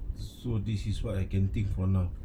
so this is what I can think for now